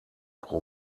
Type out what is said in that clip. pro